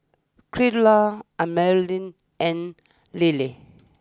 Creola Amelia and Lillie